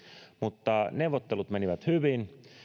mutta neuvottelut menivät hyvin